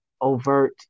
overt